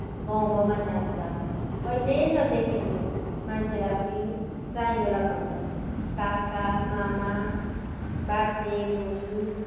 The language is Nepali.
गाउँ गाउँमा जान्छ कहिल्यै नदेखेको मान्छेलाई पनि साइनो लगाउँछ काका मामा बाजे बज्यू